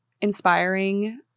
inspiring